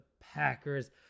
Packers